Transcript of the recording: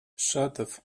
шатов